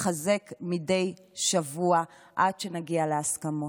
ותתחזק מדי שבוע, עד שנגיע להסכמות.